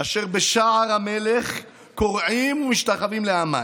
אשר בשער המלך כֹּרְעִים ומשתחוים להמן